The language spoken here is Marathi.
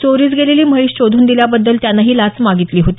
चोरीस गेलेली म्हैस शोधून दिल्याबद्दल त्यानं ही लाच मागितली होती